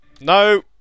no